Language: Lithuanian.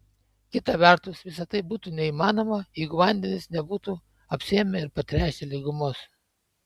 kita vertus visa tai būtų neįmanoma jeigu vandenys nebūtų apsėmę ir patręšę lygumos